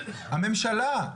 הממשלה,